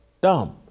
dumb